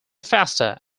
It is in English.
faster